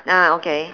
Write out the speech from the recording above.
ah okay